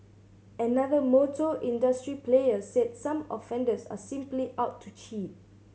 another motor industry player said some offenders are simply out to cheat